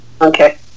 Okay